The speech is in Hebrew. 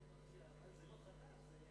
זה לא חדש.